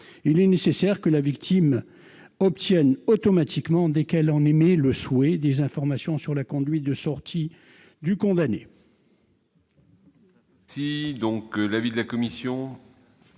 il est nécessaire que la victime obtienne automatiquement, dès qu'elle en émet le souhait, des informations sur les conditions de sortie du condamné.